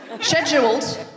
scheduled